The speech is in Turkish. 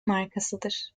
markasıdır